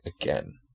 again